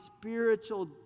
spiritual